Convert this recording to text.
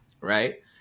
right